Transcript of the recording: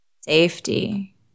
Safety